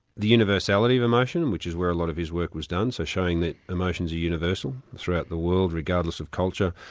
the universality of emotion, which is where a lot of his work was done, so showing that emotions are universal throughout the world, regardless of culture,